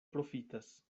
profitas